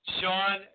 Sean